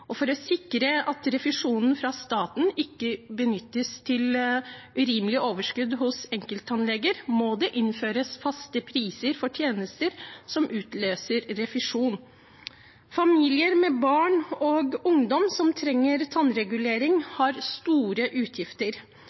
For å sikre at refusjonen fra staten ikke benyttes til urimelig overskudd hos enkelttannleger, må det innføres faste priser for tjenester som utløser refusjon. Familier med barn og ungdom som trenger tannregulering, har store utgifter.